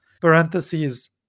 parentheses